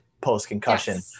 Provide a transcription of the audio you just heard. post-concussion